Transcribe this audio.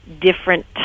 different